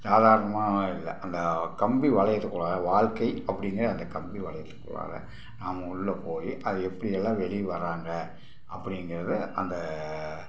சாதாரணமாக இல்லை அந்தக் கம்பி வளையத்துக்குள்ளார வாழ்க்கை அப்படிங்கிற அந்த கம்பி வளையத்துக்குள்ளார நாம் உள்ள போய் அதை எப்படியெல்லாம் வெளியே வர்றாங்க அப்படிங்கிறத அந்த